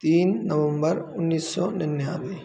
तीन नवंबर उन्नीस सौ निन्यानवे